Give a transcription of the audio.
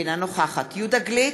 אינה נוכחת יהודה גליק,